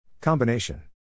Combination